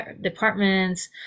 departments